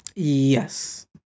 Yes